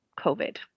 COVID